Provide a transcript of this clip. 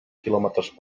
quilòmetres